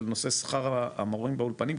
על נושא שכר המורים באולפנים,